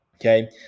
okay